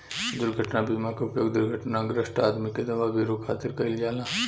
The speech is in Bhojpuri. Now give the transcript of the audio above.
दुर्घटना बीमा के उपयोग दुर्घटनाग्रस्त आदमी के दवा विरो करे खातिर कईल जाला